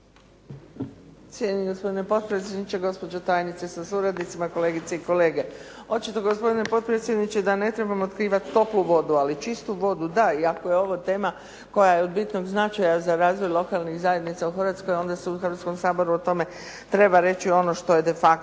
Cijenjeni gospodine potpredsjedniče, gospođo tajnice sa suradnicima, kolegice i kolege. Očito gospodine potpredsjedniče da ne trebamo otkrivati toplu vodu, ali čistu vodu da i ako je ovo tema koja je od bitnog značaja za razvoj lokalnih zajednica u Hrvatskoj, onda se u Hrvatskom saboru treba reći ono što je de facto,